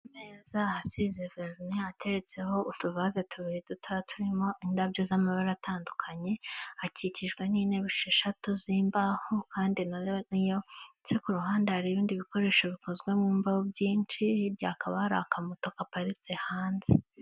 Ameza asize verine ateretseho utuvaze tubiri dutoya turimo indabyo z'amabara atandukanye, akikijwe n'intebe esheshatu z'imbaho kandi nayo niyo ndetse ku ruhande hari ibindi bikoresho bikozwe mu mbaho byinshi, hirya hakaba hari akamoto gaparitse hanze.